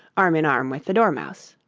arm-in-arm with the dormouse.